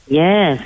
yes